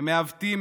הם מעוותים,